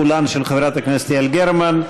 כולן של חברת הכנסת יעל גרמן.